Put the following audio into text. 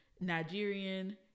Nigerian